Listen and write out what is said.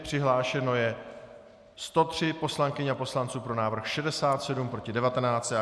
Přihlášeno je 103 poslankyň a poslanců, pro návrh 67, proti 19.